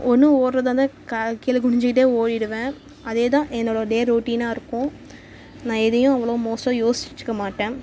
ஒன்று ஓடுறதா இருந்தால் கா கீழே குனிஞ்சுக்கிட்டே ஓடிவிடுவேன் அதே தான் என்னோடய டே ரொட்டீனாக இருக்கும் நான் எதையும் அவ்வளோவ மோஸ்ட்டாக யோசிச்சுக்க மாட்டேன்